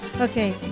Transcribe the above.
Okay